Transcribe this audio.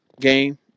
game